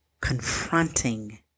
confronting